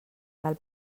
cal